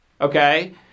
Okay